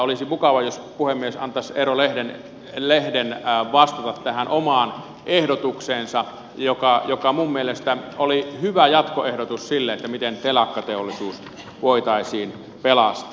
olisi mukavaa jos puhemies antaisi eero lehden vastata tähän omaan ehdotukseensa joka minun mielestäni oli hyvä jatkoehdotus sille miten telakkateollisuus voitaisiin pelastaa